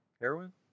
Heroin